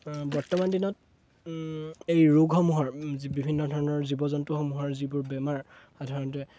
বৰ্তমান দিনত এই ৰোগসমূহৰ বিভিন্ন ধৰণৰ জীৱ জন্তুসমূহৰ যিবোৰ বেমাৰ সাধাৰণতে